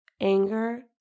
anger